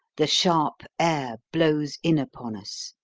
the sharp air blows in upon us,